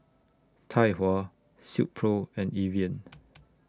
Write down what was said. Tai Hua Silkpro and Evian